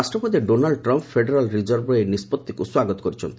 ରାଷ୍ଟ୍ରପତି Donald Trump federal ରିଜର୍ଭର ଏହି ନିଷ୍କଭିକୁ ସ୍ୱାଗତ କରିଛନ୍ତି